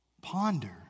ponder